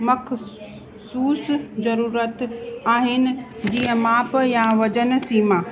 मख़ि स सूस जरूरत आहिनि जीअं माप यां वज़न सीमा